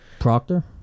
Proctor